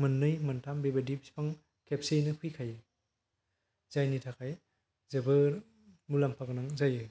मोननै मोनथाम बिफां बेबायदि फैखायोजायनि थाखाय जोबोर मुलाम्फा गोनां जायो